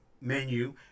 menu